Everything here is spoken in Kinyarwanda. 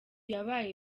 yabaye